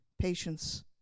patience